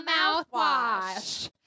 Mouthwash